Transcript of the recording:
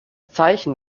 zeichen